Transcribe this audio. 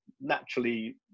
naturally